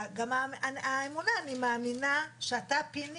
גם האמונה - אני מאמינה שאתה פיני,